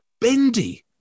Bendy